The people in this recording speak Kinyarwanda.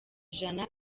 jana